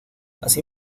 así